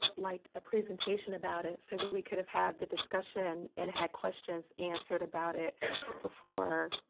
like, a presentation about it so that we could have had the discussion and had questions answered about it before,